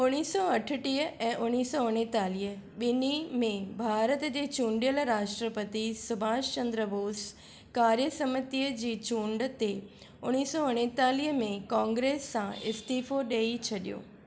उणिवीह सौ अठटीह ऐं उणिवीह सौ उणेतालीह ॿिनी में भारत जे चूंडियल राष्ट्रपती सुभाष चंद्र बोस कार्यसमितीअ जी चूंड ते उणिवीह सौ उणेतालीह में कांग्रेस सां इस्तीफ़ो ॾेई छॾियो